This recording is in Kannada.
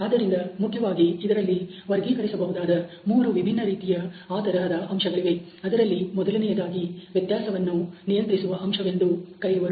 ಆದ್ದರಿಂದ ಮುಖ್ಯವಾಗಿ ಇದರಲ್ಲಿ ವರ್ಗೀಕರಿಸಬಹುದಾದ 3 ವಿಭಿನ್ನ ರೀತಿಯ ಆ ತರಹದ ಅಂಶಗಳಿವೆ ಅದರಲ್ಲಿ ಮೊದಲನೆಯದಾಗಿ ವ್ಯತ್ಯಾಸವನ್ನು ನಿಯಂತ್ರಿಸುವ ಅಂಶವೆಂದು ಕರೆಯುವರು